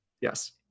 Yes